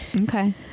okay